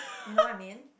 you know what I mean